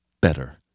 better